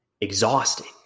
exhausting